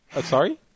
sorry